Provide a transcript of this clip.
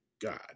God